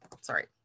sorry